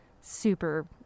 super